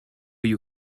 you